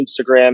Instagram